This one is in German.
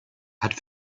hat